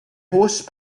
horse